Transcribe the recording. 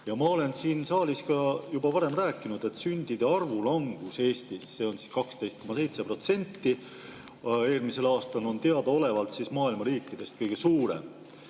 Ma olen siin saalis juba varem rääkinud, et sündide arvu langus Eestis, see on 12,7% eelmisel aastal, on teadaolevalt maailma riikidest kõige suurem.